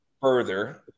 further